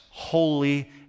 Holy